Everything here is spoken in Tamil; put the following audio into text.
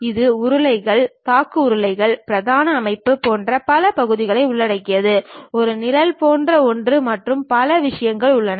இது உருளைகள் தாங்கு உருளைகள் பிரதான அமைப்பு போன்ற பல பகுதிகளை உள்ளடக்கியது ஒரு நிழல் போன்ற ஒன்று மற்றும் பல விஷயங்கள் உள்ளன